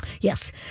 Yes